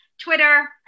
Twitter